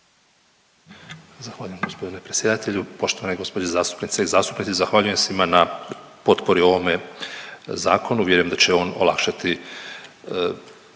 Zahvaljujem gospodine predsjedatelju. Poštovane gospođe zastupnice i zastupnici, zahvaljujem svima na potpori o ovome zakonu, vjerujem da će on olakšati